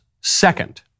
second